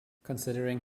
considering